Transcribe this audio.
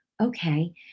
Okay